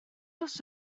oes